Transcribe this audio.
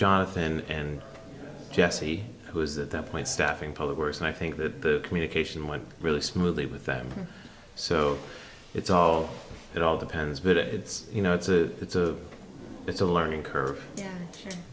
jonathan and jesse who was at that point staffing public works and i think that the communication went really smoothly with them so it's all it all depends but it's you know it's a it's a it's a learning curve and